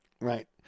Right